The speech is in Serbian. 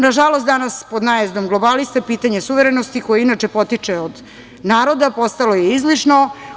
Na žalost, danas pod najezdom globalista, pitanje suverenosti koje inače potiče naroda postalo je izlišno.